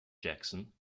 jackson